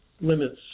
limits